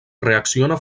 reacciona